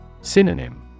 Synonym